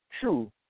true